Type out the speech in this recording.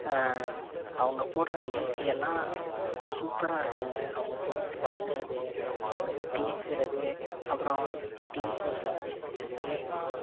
அவங்க போடுகிற நிகழ்ச்சி எல்லாம் சூப்பராக இருக்குங்க அவங்க தொகுத்து வழங்குகிறது அவங்க பேசுகிறது அப்றம் விஜய் டிவி ஷோஸில் வந்து இருக்கிற கேமு